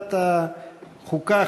לוועדת החוקה,